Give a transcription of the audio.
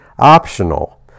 optional